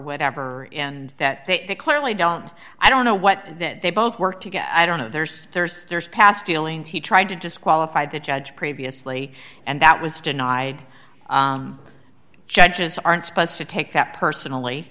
whatever and that they clearly don't i don't know what that they both work to get i don't know there's thirst there's past dealings he tried to disqualify the judge previously and that was denied judges aren't supposed to take that personally